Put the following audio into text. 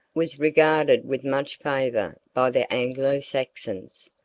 was regarded with much favor by the anglo-saxons,